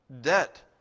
debt